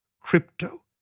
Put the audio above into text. crypto